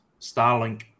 starlink